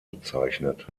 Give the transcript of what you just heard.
bezeichnet